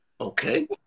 Okay